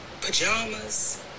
pajamas